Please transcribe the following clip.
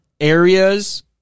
areas